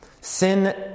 Sin